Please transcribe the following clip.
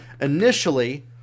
initially